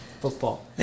football